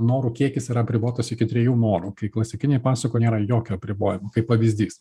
norų kiekis yra apribotas iki trijų norų kai klasikinėj pasakoj nėra jokio apribojimo kaip pavyzdys